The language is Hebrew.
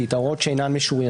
כל הדברים הללו בסדר גמור.